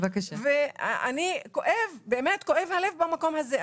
וכואב הלב במקום הזה.